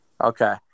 Okay